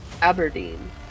Aberdeen